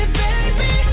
baby